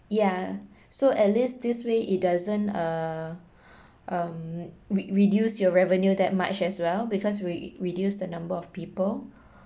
yeah so at least this way it doesn't uh um re~ reduce your revenue that much as well because we reduce the number of people